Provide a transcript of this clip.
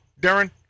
Darren